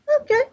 Okay